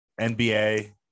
nba